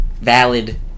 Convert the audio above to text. valid